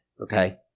okay